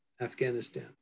Afghanistan